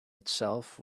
itself